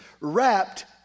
wrapped